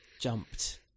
jumped